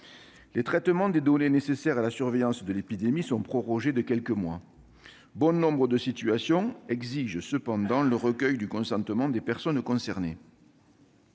Les traitements de données nécessaires à la surveillance de l'épidémie sont prorogés de quelques mois. Bon nombre de situations exigent toutefois le recueil du consentement des personnes concernées.